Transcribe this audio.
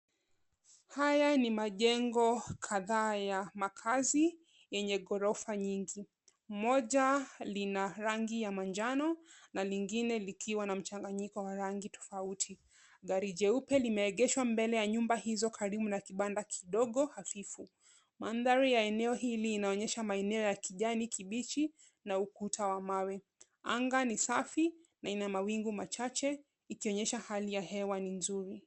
Haya ni majengo kadhaa ya makazi yenye ghorofa nyingi. Moja lina rangi ya manjano na lingine likiwa na mchanganyiko wa rangi tofauti. Gari jeupe limeegeshwa mbele ya nyumba hizo karibu na kibanda kidogo hafifu. Mandhari ya eneo hili inaonyesha maeneo ya kijani kibichi na ukuta wa mawe. Anga ni safi na ina mawingu machache ikionyesha hali ya hewa ni nzuri.